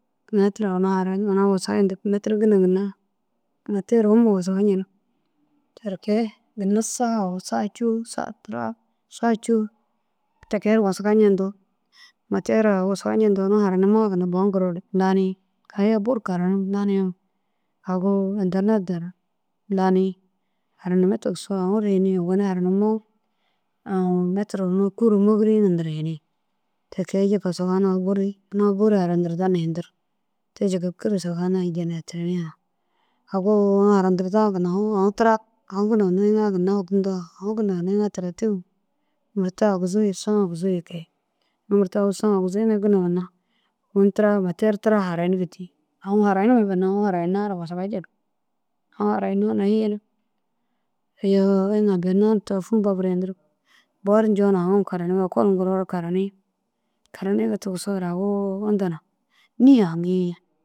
Metira una ara una wasaa yendig metir gina ginna matiyer huma wasa njenig. Teere kee ginna saa awu saa cûu saa tira saa cûu ti kee wasaga njendoo matiyara wasaga njendoo ini haranimmoo ginna bo ŋgiroore lanii. Kayê bur karanum lanii awu enternet du na lanii haranimme tigisoo aũ ru hinii. Owoni haranimmoo aũ metiruũ unu kûru môgurii ŋa niri hinii. Ti kee jika sahun ai buru amma bur haranirda na hindir. Te jika kîr sahun ai njinetini aã. Agu una harantirdaa ginna aũ tira aũ gina ginna iŋa ginna hogdundoo aũ gina ginna iŋa talatîn murta aguzuu ye saã aguzuu ye kee. Amma murta aguzuu iŋa gina ginna unu tira matiyer tira haranige dîi. Aũ harayiŋa ginna aũ harayinna ru wasaga cenig. Aũ harayinna na hinig. Iyoo iŋa bennoon tôlfun bapur yendirig. Boru njoore haki karanimmi ekol ŋgiroore karanii karanige tigisoore au inta na nîye haŋii.